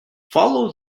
follow